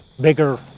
bigger